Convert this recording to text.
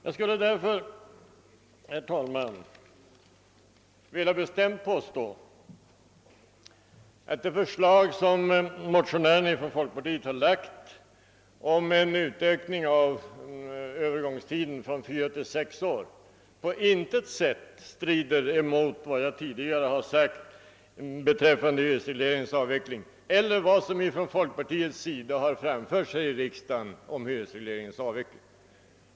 Jag skulle, herr talman, bestämt vilja påstå att det förslag som folkpartiets motionärer framlagt om en ökning av övergångstiden från fyra till sex år på intet sätt strider emot vad jag tidigare sagt beträffande hyresregleringens avveckling eller vad som framförts från folkpartiets övriga representanter i riksdagen om denna avveckling.